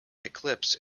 eclipse